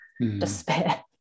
despair